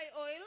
oil